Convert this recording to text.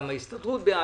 גם ההסתדרות בעד,